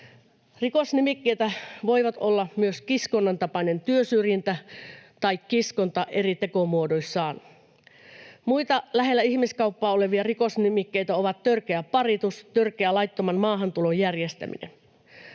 Rikosnimikkeitä voivat olla myös kiskonnan tapainen työsyrjintä tai kiskonta eri tekomuodoissaan. Muita lähellä ihmiskauppaa olevia rikosnimikkeitä ovat törkeä paritus ja törkeä laittoman maahantulon järjestäminen.